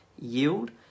yield